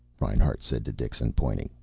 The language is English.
reinhart said to dixon, pointing.